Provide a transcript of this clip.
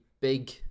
big